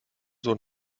sohn